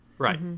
Right